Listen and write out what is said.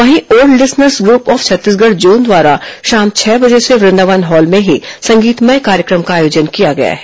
वहीं old listeners group of Chhattisgarh zone द्वारा शाम छह बजे से वृंदावन हॉल में ही संगीतमय कार्यक्रम का आयोजन किया गया है